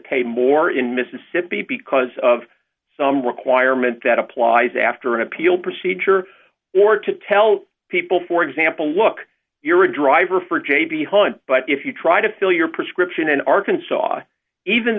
pay more in mississippi because of some requirement that applies after an appeal procedure or to tell people for example look you're a driver for j b hunt but if you try to fill your prescription in arkansas even